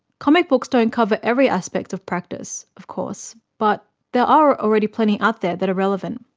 comic books don't cover every aspect of practice, of course, but there are already plenty out there that are relevant.